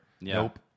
Nope